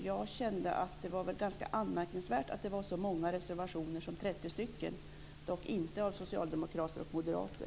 Jag kände att det var ganska anmärkningsvärt att det var så många reservationer som 30 - dock inte av socialdemokrater och moderater.